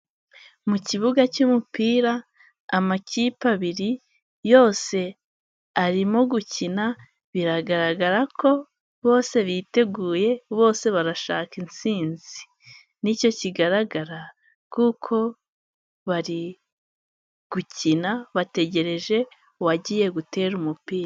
Mu kibuga cy'umupira amakipe abiri yose arimo gukina biragaragara ko bose biteguye bose barashaka intsinzi nicyo kigaragara kuko bari gukina bategereje uwagiye gutera umupira.